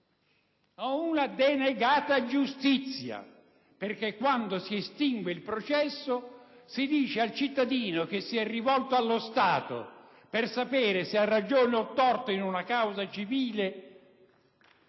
ad una denegata giustizia, perché, quando si estingue il processo, si nega la giustizia al cittadino, che si è rivolto allo Stato per sapere se ha ragione o torto in una causa civile.